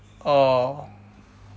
oh